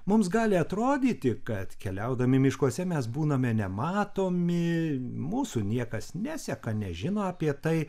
mums gali atrodyti kad keliaudami miškuose mes būname nematomi mūsų niekas neseka nežino apie tai